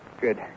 good